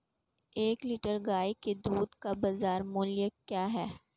एक लीटर गाय के दूध का बाज़ार मूल्य क्या है?